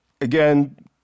Again